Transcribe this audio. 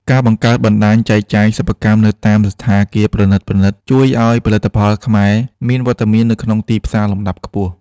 ការបង្កើតបណ្ដាញចែកចាយសិប្បកម្មនៅតាមសណ្ឋាគារប្រណីតៗ ជួយឱ្យផលិតផលខ្មែរមានវត្តមាននៅក្នុងទីផ្សារលំដាប់ខ្ពស់។